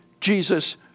Jesus